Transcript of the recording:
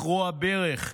לכרוע ברך,